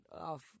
off